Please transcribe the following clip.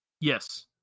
yes